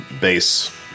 bass